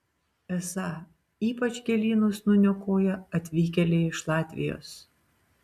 esą ypač gėlynus nuniokoja atvykėliai iš latvijos